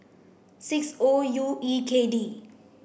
six O U E K D